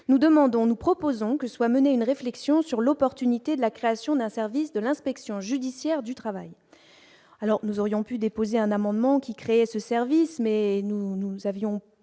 nous demandons, nous proposons que soit menée une réflexion sur l'opportunité de la création d'un service de l'inspection judiciaire du travail, alors nous aurions pu déposer un amendement qui crée ce service mais nous, nous,